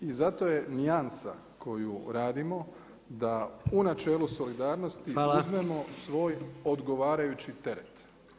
I zato je nijansa koju radimo da u načelu solidarnosti uzmemo svoj odgovarajući teret.